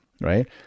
right